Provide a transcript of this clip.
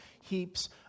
heaps